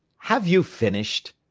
have you finished?